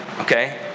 Okay